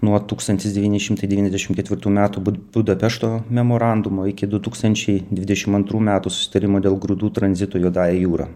nuo tūkstantis devyni šimtai devyniasdešim ketvirtų metų bud budapešto memorandumo iki du tūkstančiai dvidešim antrų metų susitarimo dėl grūdų tranzito juodąja jūra